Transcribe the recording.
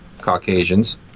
Caucasians